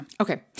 Okay